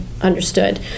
understood